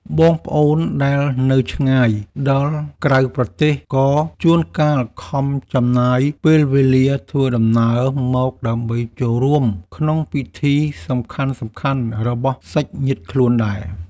បងប្អូនដែលនៅឆ្ងាយដល់ក្រៅប្រទេសក៏ជួនកាលខំចំណាយពេលវេលាធ្វើដំណើរមកដើម្បីចូលរួមក្នុងពិធីសំខាន់ៗរបស់សាច់ញាតិខ្លួនដែរ។